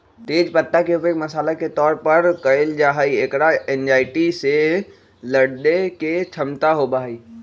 तेज पत्ता के उपयोग मसाला के तौर पर कइल जाहई, एकरा एंजायटी से लडड़े के क्षमता होबा हई